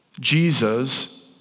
Jesus